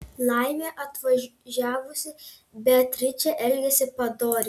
laimė atvažiavusi beatričė elgėsi padoriai